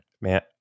Man